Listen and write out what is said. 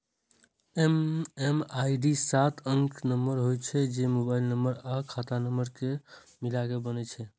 MMID सात अंकक number होइ छै, जे मोबाइल नंबर आ खाता नंबर कें मिलाके बनै छै